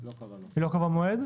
היא לא קבעה מועד?